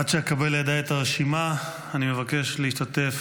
עד שאקבל לידיי את הרשימה אני מבקש להשתתף